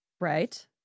Right